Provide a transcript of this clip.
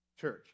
church